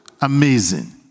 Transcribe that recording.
amazing